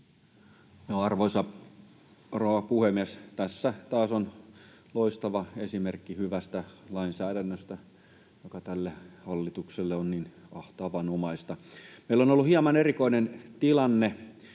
rouva puhemies! Tässä on taas loistava esimerkki hyvästä lainsäädännöstä, joka tälle hallitukselle on niin tavanomaista. Meillä on ollut hieman erikoinen tilanne,